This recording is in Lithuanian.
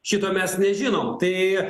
šito mes nežinom tai